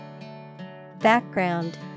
Background